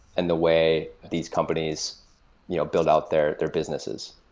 and the way these companies you know build out their their businesses.